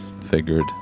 figured